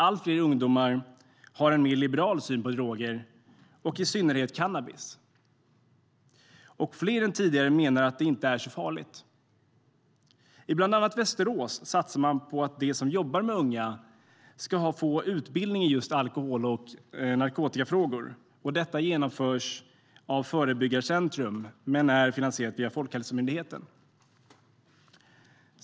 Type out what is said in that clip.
Allt fler ungdomar har en mer liberal syn på droger och i synnerhet cannabis, och fler än tidigare menar att det inte är så farligt. I bland annat Västerås satsar man på att de som jobbar med unga ska få utbildning i alkohol och narkotikafrågor. Detta genomförs av Förebyggarcentrum men är finansierat via Folkhälsomyndigheten.